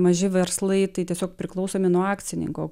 maži verslai tai tiesiog priklausomi nuo akcininko